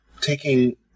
taking